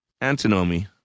antinomy